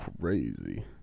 crazy